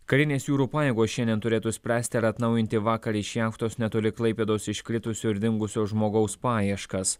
karinės jūrų pajėgos šiandien turėtų spręsti ar atnaujinti vakar iš jachtos netoli klaipėdos iškritusio ir dingusio žmogaus paieškas